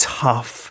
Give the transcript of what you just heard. tough